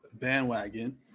Bandwagon